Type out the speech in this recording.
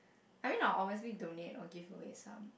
I mean I would obviously donate or give away some